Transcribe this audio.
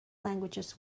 languages